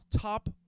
top